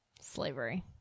slavery